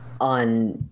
on